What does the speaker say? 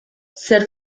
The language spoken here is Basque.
zer